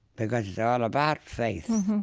because it's all about faith.